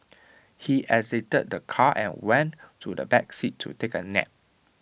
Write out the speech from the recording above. he exited the car and went to the back seat to take A nap